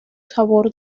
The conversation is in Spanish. sabor